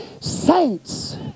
saints